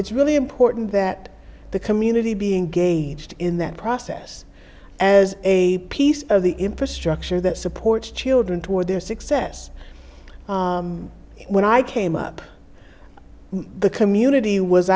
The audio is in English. it's really important that the community being gauged in that process as a piece of the infrastructure that supports children toward their success when i came up the community was